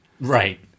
Right